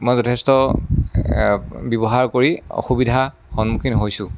মই যথেষ্ট ব্যৱহাৰ কৰি অসুবিধাৰ সন্মুখীন হৈছোঁ